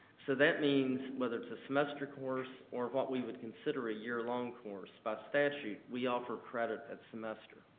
so that means, whether it's a semester course or what we would consider a year-long course, by statute, we offer credit at semester.